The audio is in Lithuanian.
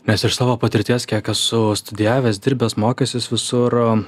nes iš savo patirties kiek esu studijavęs dirbęs mokęsis visur